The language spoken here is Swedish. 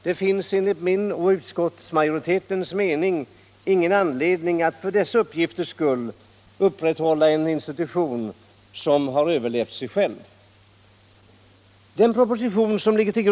Det finns enligt min och utskottsmajoritetens mening ingen anledning att för dessa uppgifters skull upprätthålla en institution som har överlevt sig själv.